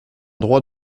droit